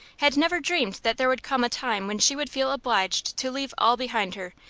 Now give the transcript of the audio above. had never dreamed that there would come a time when she would feel obliged to leave all behind her,